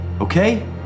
okay